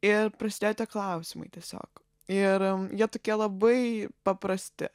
ir prasidėjo tie klausimai tiesiog ir jie tokie labai paprasti